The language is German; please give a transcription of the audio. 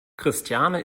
christiane